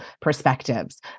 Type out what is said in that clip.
perspectives